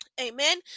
Amen